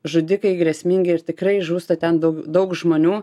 žudikai grėsmingi ir tikrai žūsta ten dau daug žmonių